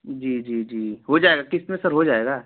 जी जी जी हो जाएगा क़िस्त में सर हो जाएगा